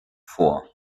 vor